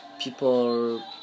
people